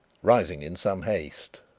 rising in some haste.